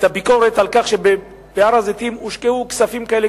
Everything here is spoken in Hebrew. הביקורת על כך שבהר-הזיתים הושקעו כספים כאלה,